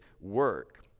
work